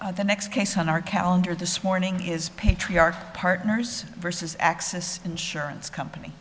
the next case on our calendar this morning is patriarch partners versus axis insurance company